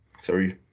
Sorry –